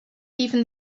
even